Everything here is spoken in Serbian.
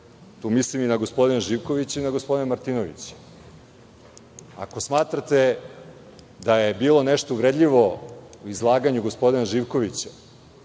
mislim i na gospodina Živkovića i na gospodina Martinovića. Ako smatrate da je bilo nešto uvredljivo u izlaganju gospodina Živkovića,